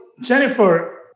Jennifer